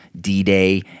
d-day